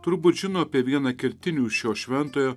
turbūt žino apie vieną kertinių šio šventojo